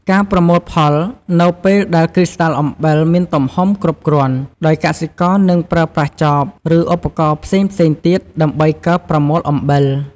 ការប្រមូលផល នៅពេលដែលគ្រីស្តាល់អំបិលមានទំហំគ្រប់គ្រាន់ ដោយកសិករនឹងប្រើប្រាស់ចប ឬឧបករណ៍ផ្សេងៗទៀតដើម្បីកើបប្រមូលអំបិល។